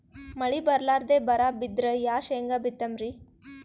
ಮಳಿ ಬರ್ಲಾದೆ ಬರಾ ಬಿದ್ರ ಯಾ ಶೇಂಗಾ ಬಿತ್ತಮ್ರೀ?